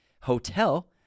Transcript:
hotel